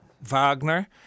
Wagner